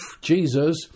Jesus